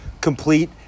complete